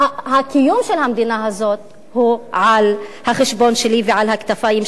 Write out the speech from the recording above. שהקיום של המדינה הזאת הוא על החשבון שלי ועל הכתפיים שלי,